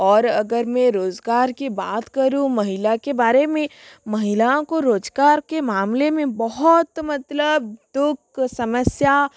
और अगर मैं रोजगार की बात करूँ महिला के बारे में महिलाओं को रोजगार के मामले में बहुत मतलब दुख समस्या